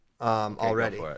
Already